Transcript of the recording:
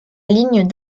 ligne